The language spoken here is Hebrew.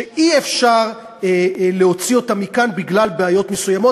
שאי-אפשר להוציא אותם מכאן בגלל בעיות מסוימות.